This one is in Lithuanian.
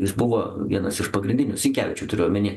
jis buvo vienas iš pagrindinių sinkevičių turiu omeny